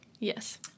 Yes